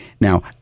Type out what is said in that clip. Now